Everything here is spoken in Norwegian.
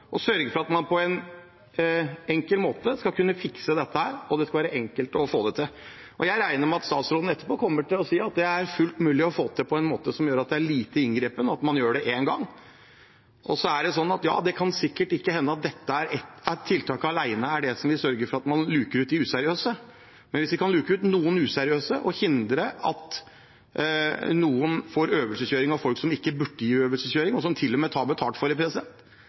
for at man skal kunne fikse dette på en enkel måte, og at det skal være enkelt å få til. Jeg regner med at statsråden etterpå kommer til å si at det er fullt mulig å få det til på en måte som er lite inngripende, at man gjør det én gang. Det kan sikkert hende at dette tiltaket alene ikke vil sørge for at man luker ut de useriøse, men hvis man kan luke ut noen useriøse og hindre at noen får øvelseskjøring av folk som ikke burde gi øvelseskjøring, og som til og med tar betalt for det,